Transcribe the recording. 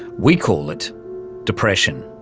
we call it depression.